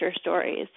stories